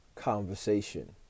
conversation